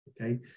okay